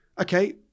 okay